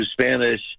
spanish